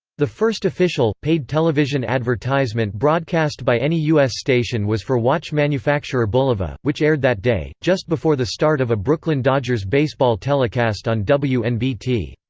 the first official, paid television advertisement broadcast by any u s. station was for watch manufacturer bulova, which aired that day, just before the start of a brooklyn dodgers baseball telecast on wnbt.